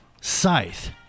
Scythe